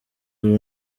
ubu